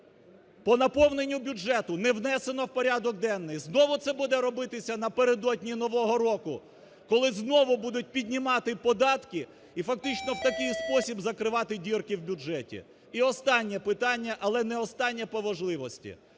по наповненню бюджету не внесено в порядок денний. Знову це буде робитися напередодні нового року, коли знову будуть піднімати податки і фактично в такий спосіб закривати дірки в бюджеті. І останнє питання, але не останнє по важливості.